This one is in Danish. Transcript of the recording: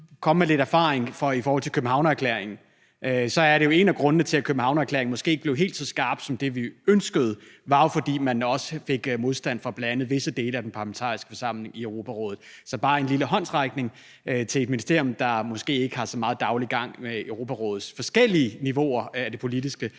komme med lidt erfaring i forbindelse med Københavnererklæringen, kan jeg sige, at en af grundene til, at Københavnerklæringen måske ikke blev helt så skarp som det, vi ønskede, var jo, at der også var modstand fra bl.a. visse dele af den parlamentariske forsamling i Europarådet. Så det er bare en lille håndsrækning til et ministerium, der måske ikke har så meget daglig gang ved Europarådets forskellige politiske